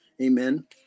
Amen